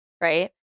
right